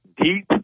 deep